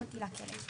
ולקחו אותי לכלא.